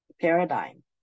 paradigm